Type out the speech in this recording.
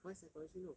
why psychology no